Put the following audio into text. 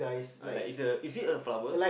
I like is a is it a flower